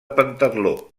pentatló